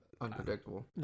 Unpredictable